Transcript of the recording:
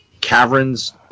caverns